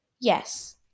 Yes